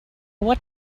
what